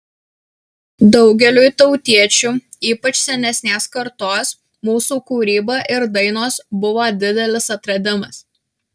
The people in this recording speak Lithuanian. daugeliui tautiečių ypač senesnės kartos mūsų kūryba ir dainos buvo didelis atradimas